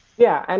yeah, and